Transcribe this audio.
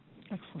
Excellent